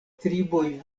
triboj